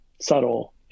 subtle